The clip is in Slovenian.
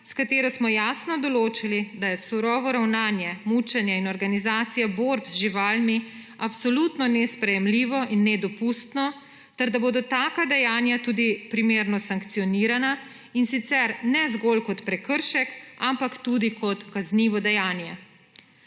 s katero smo jasno določili, da je surovo ravnanje, mučenje in organizacija borb z živalmi absolutno nesprejemljivo in nedopustno ter da bodo taka dejanja tudi primerno sankcionirana in sicer ne zgolj kot prekršek, ampak tudi kot kaznivo dejanje.